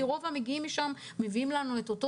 כי רוב המגיעים משם מביאים לנו את אותו